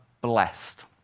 blessed